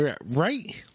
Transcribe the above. Right